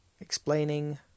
Explaining